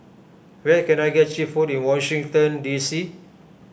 where can I get Cheap Food in Washington D C